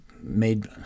made